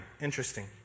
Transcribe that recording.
Interesting